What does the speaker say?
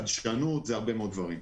זאת חדשנות והרבה מאוד דברים.